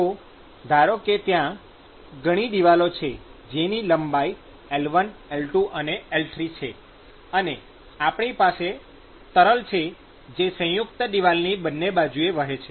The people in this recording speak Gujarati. તો ધારો કે ત્યાં ઘણી દિવાલો છે જેની લંબાઈ L1 L2 અને L3 છે અને આપણી પાસે તરલ છે જે સંયુક્ત દિવાલની બંને બાજુએ વહે છે